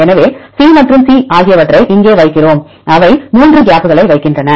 எனவே C மற்றும் C ஆகியவற்றை இங்கே வைக்கிறோம் அவை 3 கேப்களை வைக்கின்றன